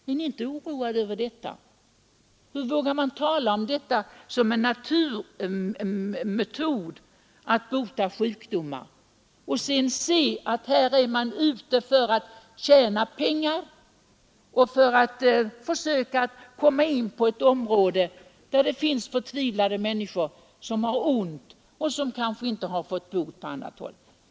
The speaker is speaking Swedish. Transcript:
Är ni inte oroade av detta? Hur vågar man tala om den behandlingen som en naturmetod med vilken man kan bota sjukdomar? Vi ser ju att vederbörande är ute efter att tjäna pengar och vill försöka komma in på ett område där det finns sjuka, förtvivlade människor som kanske inte har fått någon bot på annat håll.